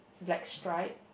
black stripe